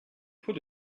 put